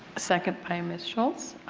second by ms. schultz.